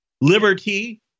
liberty